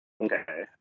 Okay